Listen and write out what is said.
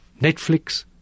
Netflix